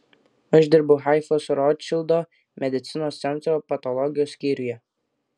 aš dirbu haifos rotšildo medicinos centro patologijos skyriuje